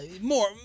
more